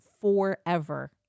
forever